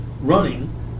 running